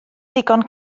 digon